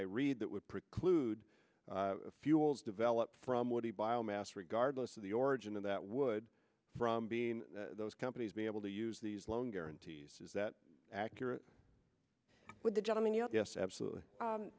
i read that would preclude fuels develop from what a bio mass regardless of the origin of that would from being those companies be able to use these loan guarantees is that accurate with the gentleman yes yes absolutely